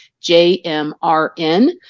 J-M-R-N